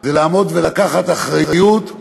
זה לעמוד ולקחת אחריות,